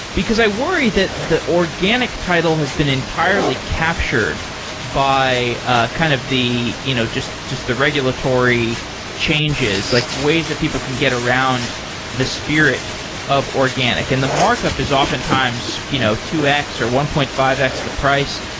because i worry that the organic title has been entirely captured by ah kind of you know just just the regulatory changes, like ways that people can get around the spirit of organic, and the markup is oftentimes you know two x or one point five x the price.